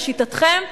לשיטתכם,